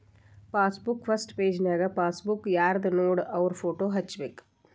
passbook first ಪೆಜನ್ಯಾಗ passbook ಯಾರ್ದನೋಡ ಅವ್ರ ಫೋಟೋ ಹಚ್ಬೇಕ್